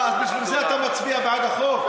אה, אז בשביל זה אתה מצביע בעד החוק.